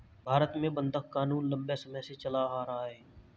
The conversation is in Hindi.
भारत में बंधक क़ानून लम्बे समय से चला आ रहा है